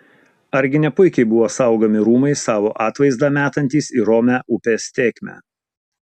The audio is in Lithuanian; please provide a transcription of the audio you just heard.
argi ne puikiai buvo saugomi rūmai savo atvaizdą metantys į romią upės tėkmę